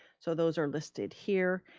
so those are listed here.